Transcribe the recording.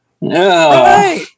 No